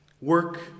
Work